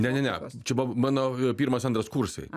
ne ne ne čia buvo mano pirmas antras kursai